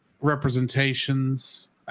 representations